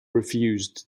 refused